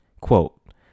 Quote